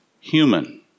human